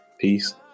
Peace